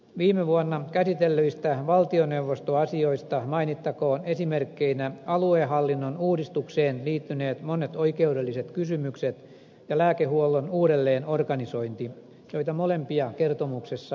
viime vuonna käsitellyistä valtioneuvostoasioista mainittakoon esimerkkeinä aluehallinnon uudistukseen liittyneet monet oikeudelliset kysymykset ja lääkehuollon uudelleenorganisointi joita molempia kertomuksessa käsitellään